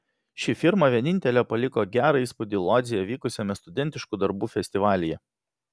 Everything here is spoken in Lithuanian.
ši firma vienintelė paliko gerą įspūdį lodzėje vykusiame studentiškų darbų festivalyje